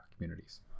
communities